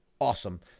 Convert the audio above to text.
awesome